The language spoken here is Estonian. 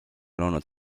loonud